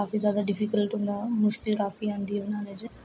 काफी ज्यादा डिफीकल्ट होंदा मुश्किल काफी आंदी बनाने च